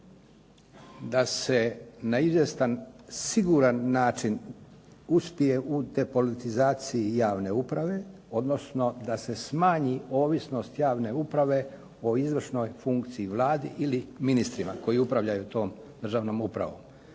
da se na izvjestan, siguran način uspije u depolitizaciji javne uprave, odnosno da se smanji ovisnost javne uprave o izvršnoj funkciji Vlade ili ministrima koji upravljaju tom državnom upravom.